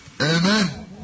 Amen